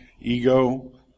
ego